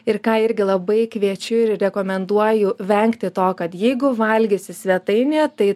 ir ką irgi labai kviečiu ir rekomenduoju vengti to kad jeigu valgysi svetainėje tai